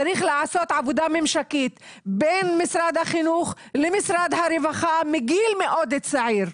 צריך לעשות עבודה ממשקית בין משרד החינוך למשרד הרווחה מגיל מאוד צעיר,